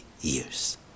years